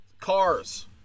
cars